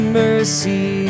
mercy